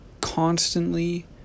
constantly